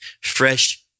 fresh